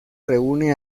reúne